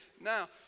Now